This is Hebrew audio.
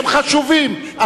הם חשובים,